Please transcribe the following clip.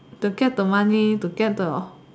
to get the money to get the